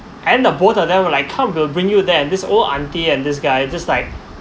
and then the both of them were like come we'll bring you there this old auntie and this guy just like